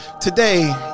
Today